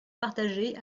partager